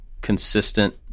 consistent